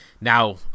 now